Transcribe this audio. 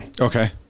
Okay